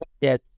Yes